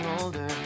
older